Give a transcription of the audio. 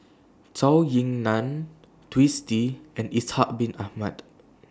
Zhou Ying NAN Twisstii and Ishak Bin Ahmad